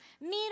meet